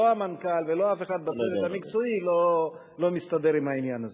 לא המנכ"ל ולא אף אחד בצוות המקצועי מסתדר עם העניין הזה.